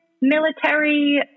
military